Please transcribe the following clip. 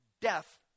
death